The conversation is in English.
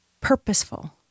purposeful